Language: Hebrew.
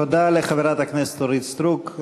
תודה לחברת הכנסת אורית סטרוק.